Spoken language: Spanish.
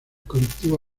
colectivo